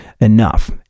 enough